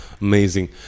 Amazing